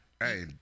hey